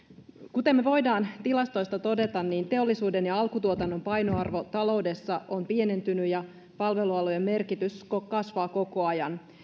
kuten me voimme tilastoista todeta niin teollisuuden ja alkutuotannon painoarvo taloudessa on pienentynyt ja palvelualojen merkitys kasvaa koko ajan